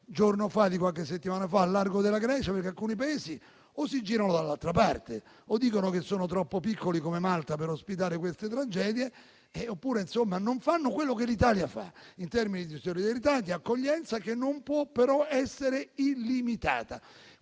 tragedia di qualche settimana fa al largo della Grecia, perché alcuni Paesi o si girano dall'altra parte o dicono che sono troppo piccoli, come Malta, per ospitare queste tragedie, ma comunque non fanno quello che l'Italia fa in termini di solidarietà e di accoglienza, che non può però essere illimitata.